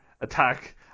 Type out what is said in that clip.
attack